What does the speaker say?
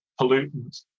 pollutants